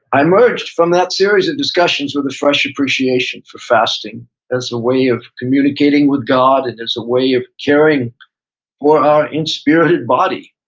i emerged from that series of discussions with a fresh appreciation for fasting as a way of communicating with god and as a way of caring for our in spirited body.